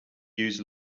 use